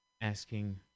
asking